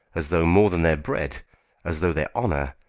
as though more than their bread as though their honour,